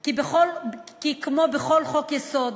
כי כמו בכל חוק-יסוד,